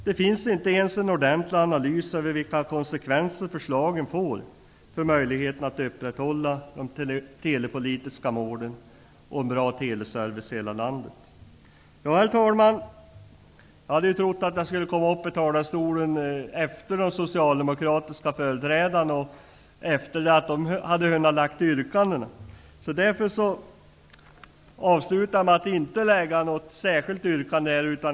Det finns inte ens en ordentlig analys av vilka konsekvenser förslagen får för möjligheten att upprätthålla de telepolitiska målen och en bra teleservice i hela landet. Herr talman! Jag hade trott att jag skulle komma upp i talarstolen efter det att de socialdemokratiska företrädarna i trafikutskottet hade hunnit avge sina yrkanden. Därför avslutar jag med att inte avge något särskilt yrkande.